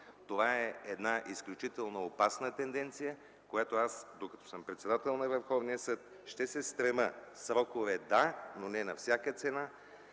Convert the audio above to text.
Това е една изключително опасна тенденция, която аз докато съм председател на Върховния съд, ще се стремя – срокове да, но не на всяка цена,